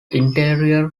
interior